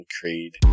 Creed